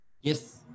Yes